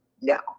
No